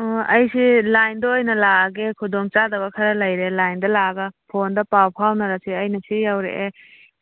ꯑꯩꯁꯤ ꯂꯥꯏꯟꯗ ꯑꯣꯏꯅ ꯂꯥꯛꯑꯒꯦ ꯈꯨꯗꯣꯡ ꯆꯥꯗꯕ ꯈꯔ ꯂꯩꯔꯦ ꯂꯥꯏꯟꯗ ꯂꯥꯛꯑꯒ ꯐꯣꯟꯗ ꯄꯥꯎ ꯐꯥꯎꯅꯔꯁꯤ ꯑꯩꯅ ꯁꯤ ꯌꯧꯔꯛꯑꯦ